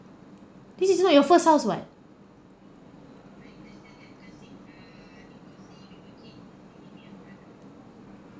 this is not your first house [what]